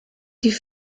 die